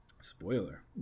spoiler